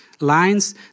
lines